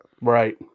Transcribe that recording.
Right